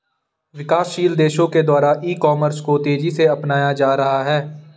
विकासशील देशों के द्वारा ई कॉमर्स को तेज़ी से अपनाया जा रहा है